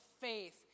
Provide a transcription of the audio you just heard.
faith